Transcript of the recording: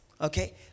okay